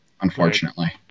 unfortunately